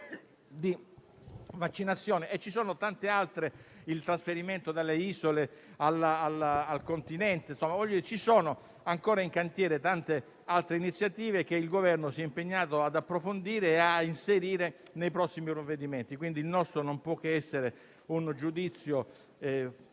di vaccinazione. E ce ne sono tante altre, come il trasferimento dalle isole al continente. Sono ancora in cantiere tante altre iniziative, che il Governo si è impegnato ad approfondire e a inserire nei prossimi provvedimenti. Quindi, il nostro non può che essere un giudizio